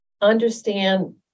understand